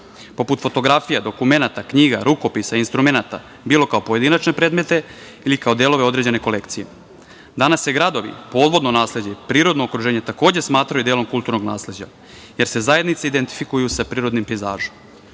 poput fotografija, dokumenata, knjiga, rukopisa, instrumenata, bilo kao pojedinačne predmete ili kao delove određene kolekcije. Danas se gradovi, podvodno nasleđe, prirodno okruženje, takođe smatraju delom kulturnog nasleđa, jer se zajednice identifikuju sa prirodnim pejzažom. Šta